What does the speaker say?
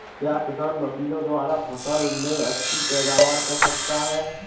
क्या किसान मशीनों द्वारा फसल में अच्छी पैदावार कर सकता है?